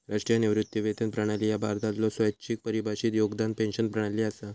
राष्ट्रीय निवृत्ती वेतन प्रणाली ह्या भारतातलो स्वैच्छिक परिभाषित योगदान पेन्शन प्रणाली असा